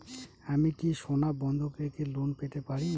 আমি কি সোনা বন্ধক রেখে লোন পেতে পারি?